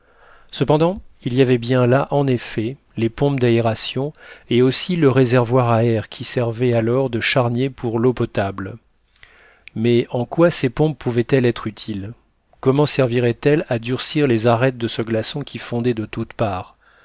cependant il y avait bien là en effet les pompes d'aération et aussi le réservoir à air qui servait alors de charnier pour l'eau potable mais en quoi ces pompes pouvaient-elles être utiles comment serviraient elles à durcir les arêtes de ce glaçon qui fondait de toutes parts